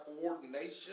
coordination